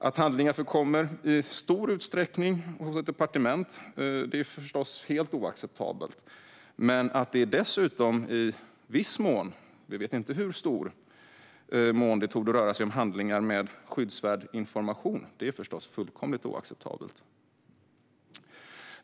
Att handlingar förkommer i stor utsträckning hos ett departement är förstås helt oacceptabelt, men att det dessutom i viss mån - vi vet inte hur stor - torde röra sig om handlingar med skyddsvärd information är förstås fullkomligt oacceptabelt.